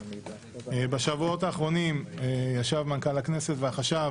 בשבועות האחרונים ישבו מנכ"ל הכנסת והחשב